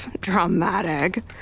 Dramatic